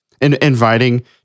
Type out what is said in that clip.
Inviting